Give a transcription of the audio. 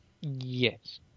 Yes